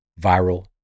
viral